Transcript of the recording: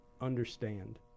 understand